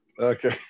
Okay